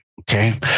okay